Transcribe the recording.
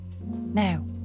now